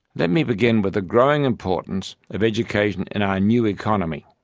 let me begin with the growing importance of education in our new economy.